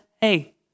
hey